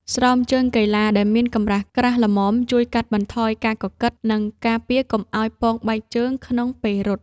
ស្រោមជើងកីឡាដែលមានកម្រាស់ក្រាស់ល្មមជួយកាត់បន្ថយការកកិត និងការពារកុំឱ្យពងបែកជើងក្នុងពេលរត់។